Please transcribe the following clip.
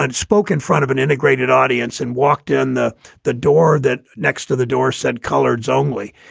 and spoke in front of an integrated audience and walked in the the door. that next to the door said coloureds only.